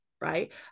right